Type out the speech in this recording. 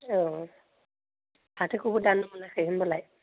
औ फाथोखौबो दाननो मोनाखै होनबालाय